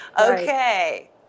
Okay